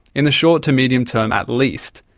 in the short to medium term at least,